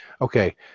Okay